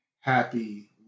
happy